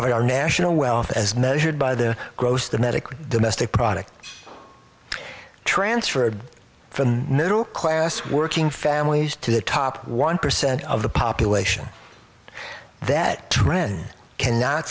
our national wealth as measured by the gross domestic domestic product transferred from the new class working families to the top one percent of the population that trend cannot